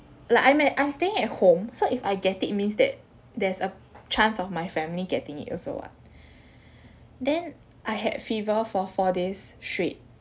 like I'm at I'm staying at home so if I get it means that there's a chance of my family getting it also [what] then I had fever for four days straight